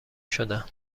شدن